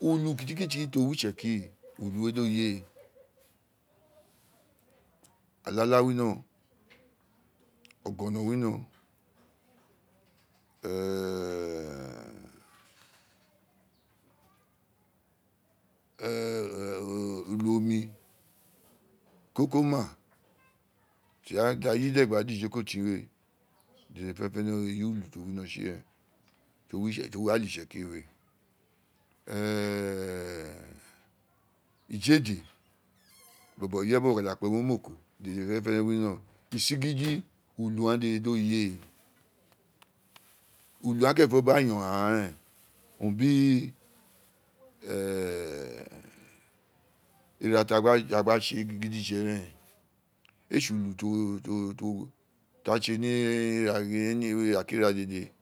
ulu kiti kiti tí o wí itsẹkiri we dí o ye aklà winọ ọgọnọ winọ ulu omi kókóma tí a yi dẹ gba dí jo ko tín we agháàn dèdè fẹ́nẹ́fẹ́nẹ́ eyi ulu tí o wino tsi rẹ́én tí o wí glè itsekírí we dẹ́ éè ije dí ireye bọ bọ́ ka da kpe wún omoko agháàn dèdè fénèfénè winorọn ti tsigidi ulu gháàn dede do yi áà ulu gháàn kérènfọ bí ayọn agháàn réẹ́n owun bí ẹ́ẹ̀ ira tí a gban tse urun gidije rén éè tsi ulu tí a tse ní ira kí ira dèdè